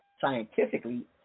scientifically